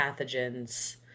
pathogens